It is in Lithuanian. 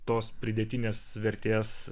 tos pridėtinės vertės